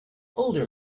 older